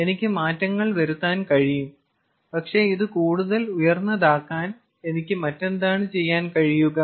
എനിക്ക് മാറ്റങ്ങൾ വരുത്താൻ കഴിയും പക്ഷേ ഇത് കൂടുതൽ ഉയർന്നതാക്കാൻ എനിക്ക് മറ്റെന്താണ് ചെയ്യാൻ കഴിയുക